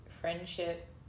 friendship